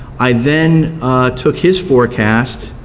i then took his forecast,